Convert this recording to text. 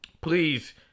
Please